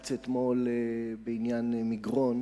בבג"ץ אתמול בעניין מגרון,